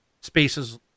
spaces